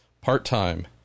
part-time